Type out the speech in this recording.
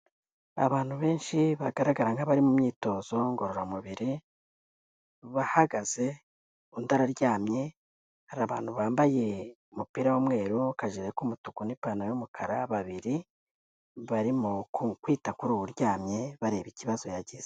Abantu benshi bagaragara nk'abari mu myitozo ngororamubiri, bahagaze undi araryamye, hari abantu bambaye umupira w'umweru ukajire k'umutuku n'ipantaro y'umukara babiri barimo kwita kuri uwo uryamye bareba ikibazo yagize.